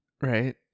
Right